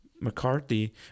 McCarthy